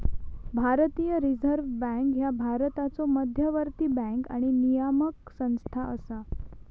भारतीय reserve bank ह्या भारताचो मध्यवर्ती बँक आणि नियामक संस्था असा